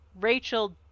Rachel